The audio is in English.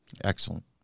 Excellent